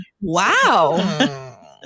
Wow